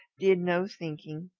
did no thinking.